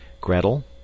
gretel